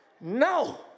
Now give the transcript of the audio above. No